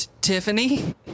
Tiffany